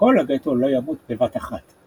שכל הגטו לא ימות בבת אחת,